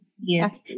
Yes